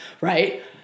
Right